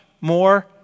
more